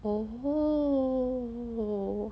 oh